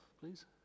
please